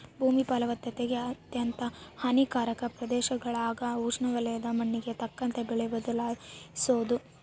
ಭೂಮಿ ಫಲವತ್ತತೆಗೆ ಅತ್ಯಂತ ಹಾನಿಕಾರಕ ಪ್ರದೇಶಗುಳಾಗ ಉಷ್ಣವಲಯದ ಮಣ್ಣಿಗೆ ತಕ್ಕಂತೆ ಬೆಳೆ ಬದಲಿಸೋದು